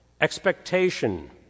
expectation